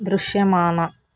దృశ్యమాన